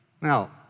Now